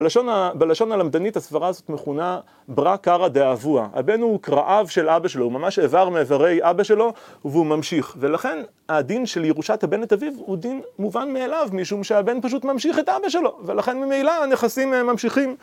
בלשון הלמדנית הסברה הזאת מכונה ברא קרע דא אבואה, הבן הוא קרעיו של אבא שלו הוא ממש איבר מאיברי אבא שלו והוא ממשיך ולכן הדין של ירושת הבן את אביו הוא דין מובן מאליו משום שהבן פשוט ממשיך את אבא שלו ולכן ממילא הנכסים ממשיכים